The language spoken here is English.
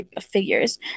figures